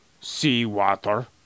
seawater